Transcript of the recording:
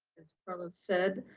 as carlos said,